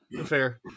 fair